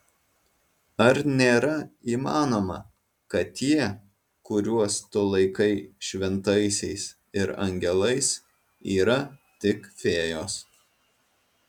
ar nėra įmanoma kad tie kuriuos tu laikai šventaisiais ir angelais yra tik fėjos